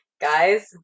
guys